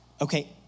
Okay